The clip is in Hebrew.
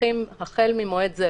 החל ממועד זה,